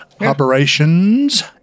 Operations